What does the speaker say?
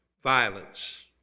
violence